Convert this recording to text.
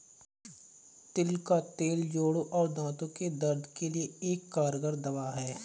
तिल का तेल जोड़ों और दांतो के दर्द के लिए एक कारगर दवा है